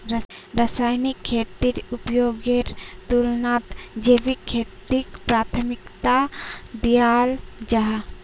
रासायनिक खेतीर उपयोगेर तुलनात जैविक खेतीक प्राथमिकता दियाल जाहा